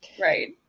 Right